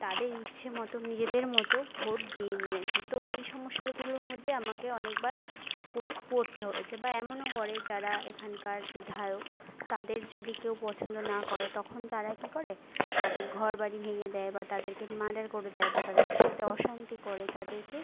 তাদের ইচ্ছে মতো নিজেদের মতো ভোট দিয়ে নিয়েছে তো এই সমস্যারগুলোর মধ্যে আমাকে অনেকবার খুব পড়তে হয়েছে বা এমনো করে যারা এখানকার বিধায়ক তাদের যদি কেউ পছন্দ না করে তখন তারা কি করে তাদের ঘর বাড়ি ভেঙে দেয় বা তাদেরকে মার্ডার করে দেয় বা তাদের সাথে অশান্তি করে তাদেরকে